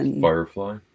Firefly